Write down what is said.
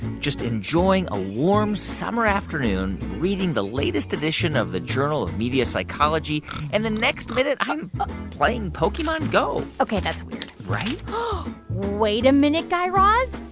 just enjoying a warm, summer afternoon, reading the latest edition of the journal of media psychology and the next minute, i'm playing pokemon go. ok. that's weird right? wait a minute, guy raz.